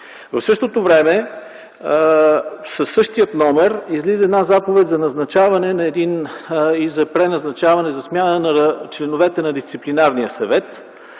В същото време, със същия номер излиза една заповед за назначаване, преназначаване и за смяна на членовете на Дисциплинарния съвет,